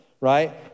Right